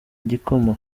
igikoma